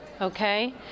okay